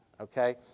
okay